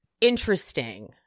interesting